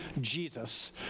Jesus